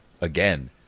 again